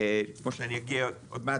כמו שאני אגיע עוד מעט,